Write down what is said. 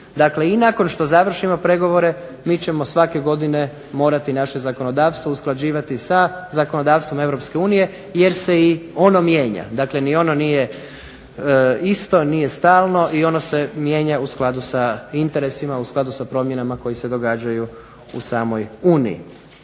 Dakle, i nakon što završimo pregovore mi ćemo svake godine morati naše zakonodavstvo usklađivati sa zakonodavstvom Europske unije jer se i ono mijenja, dakle ni ono nije isto, nije stalno i ono se mijenja u skladu sa interesima, u skladu sa promjenama koje se događaju u samoj Uniji.